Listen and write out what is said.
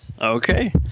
Okay